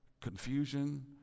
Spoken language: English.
confusion